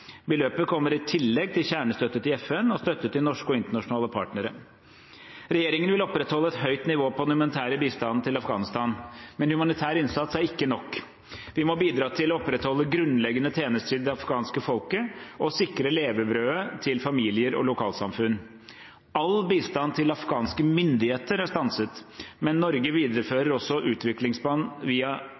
Beløpet kommer i tillegg til kjernestøtte til FN og støtte til norske og internasjonale partnere. Regjeringen vil opprettholde et høyt nivå på den humanitære bistanden til Afghanistan, men humanitær innsats er ikke nok. Vi må bidra til å opprettholde grunnleggende tjenester til det afghanske folket og sikre levebrødet til familier og lokalsamfunn. All bistand til afghanske myndigheter er stanset, men Norge viderefører også utviklingsbistand via